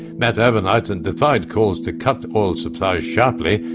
met overnight and defied calls to cut the oil supply sharply,